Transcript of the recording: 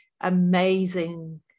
amazing